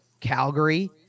Calgary